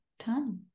time